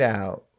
out